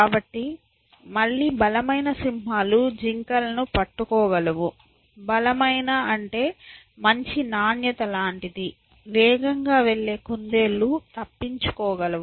కాబట్టి మళ్ళీ బలమైన సింహాలు జింకలను పట్టుకోగలవు బలమైన అంటే మంచి నాణ్యత లాంటిది వేగంగా వెళ్లే కుందేళ్ళు తప్పించుకోగలవు